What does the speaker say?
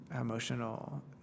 emotional